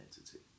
entity